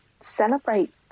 celebrate